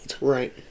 Right